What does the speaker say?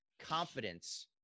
confidence